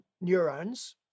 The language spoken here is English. neurons